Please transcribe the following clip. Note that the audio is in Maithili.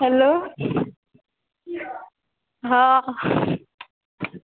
हेल्लो हँ